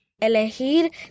elegir